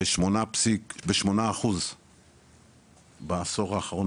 ב- 8% בעשור האחרון,